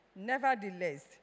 Nevertheless